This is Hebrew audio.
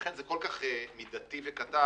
לכן זה כל כך מידתי וקטן.